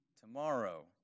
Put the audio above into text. Tomorrow